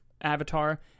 Avatar